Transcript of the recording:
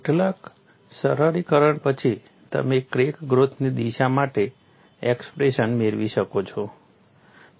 કેટલાક સરળીકરણ પછી તમે ક્રેક ગ્રોથની દિશા માટે એક્સપ્રેશન મેળવી શકો છો